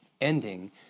ending